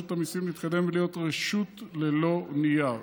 המיסים להתקדם ולהיות רשות ללא נייר.